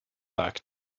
back